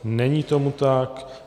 Není tomu tak.